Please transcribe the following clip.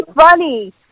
funny